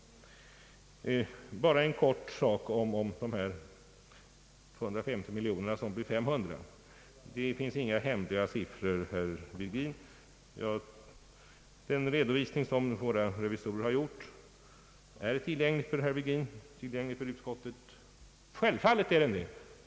Sedan bara ett par ord om de 250 miljonerna som blev 500. Det finns inga hemliga siffror, herr Virgin. Den redovisning som våra revisorer har gjort är tillgänglig för herr Virgin och för utskottet. Självfallet är den det.